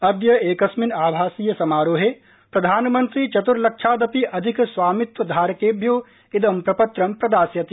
अद्य एकस्मिन् आभासीय समारोहे प्रधानमन्त्री चतुर्लक्षादपि अधिक स्वामित्व धारकेभ्यो इदं प्रपत्रं प्रदास्यति